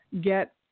get